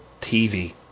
TV